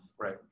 Right